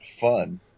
fun